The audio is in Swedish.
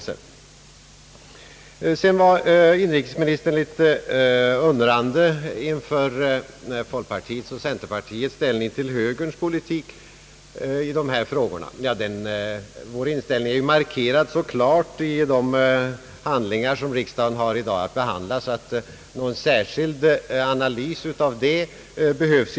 Så undrade inrikesministern litet över folkpartiets och centerpartiets ställning till högerns politik i dessa frågor. Ja, vår inställning är ju så klart markerad i de handlingar, som ligger på kammarens bord, att någon särskild analys inte behövs.